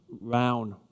round